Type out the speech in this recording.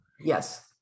Yes